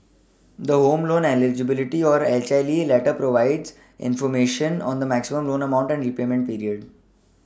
the home loan Eligibility or H L E letter provides information on the maximum loan amount and repayment period